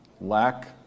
Lack